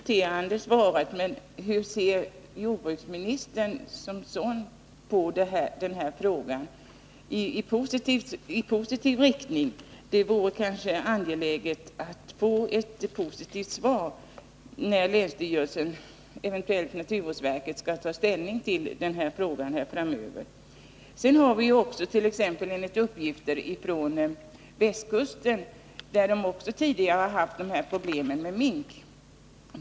Herr talman! Tack för det kompletterande svaret, men hur ser jordbruksministern själv på denna fråga? Det vore angeläget med ett positivt svar när länsstyrelsen, eventuellt naturvårdsverket, skall ta ställning till frågan framöver. På västkusten har man också tidigare haft problem med mink.